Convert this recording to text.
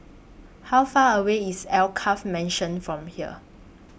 How Far away IS Alkaff Mansion from here